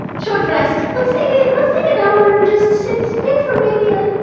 short rest, let's take ah let's take an hour and just sit here for maybe ah